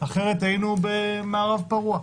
אחרת היינו במערב פרוע.